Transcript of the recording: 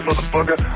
Motherfucker